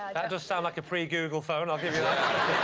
that does sound like a pre-google phone, i'll give you that.